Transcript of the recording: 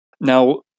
Now